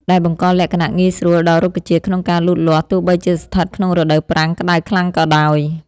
ដែលបង្កលក្ខណៈងាយស្រួលដល់រុក្ខជាតិក្នុងការលូតលាស់ទោះបីជាស្ថិតក្នុងរដូវប្រាំងក្ដៅខ្លាំងក៏ដោយ។